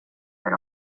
för